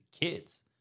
kids